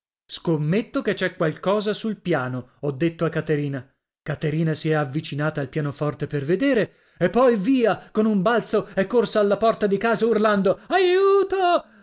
scommetto che c'è qualcosa sul piano ho detto a caterina caterina si è avvicinata al pianoforte per vedere e poi via con un balzo è corsa alla porta di casa urlando aiuto